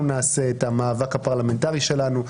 אנחנו נעשה את המאבק הפרלמנטרי שלנו,